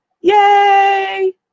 Yay